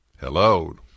Hello